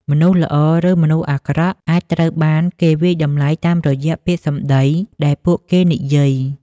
មនុស្សល្អ ឬមនុស្សអាក្រក់ អាចត្រូវបានគេវាយតម្លៃតាមរយៈពាក្យសម្ដីដែលពួកគេនិយាយ។